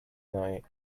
night